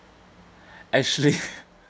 actually